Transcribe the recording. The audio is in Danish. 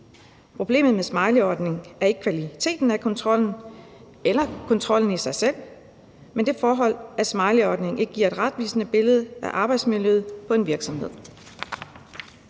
Problemet med smileyordningen er ikke kvaliteten af kontrollen eller kontrollen i sig selv, men det forhold, at smileyordningen ikke giver et retvisende billede af arbejdsmiljøet på en virksomhed.